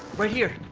right here,